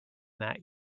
that